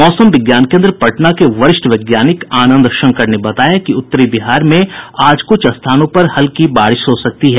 मौसम विज्ञान केन्द्र पटना के वरिष्ठ वैज्ञानिक आनंद शंकर ने बताया कि उत्तरी बिहार में आज कुछ स्थानों पर हल्की बारिश हो सकती है